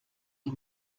die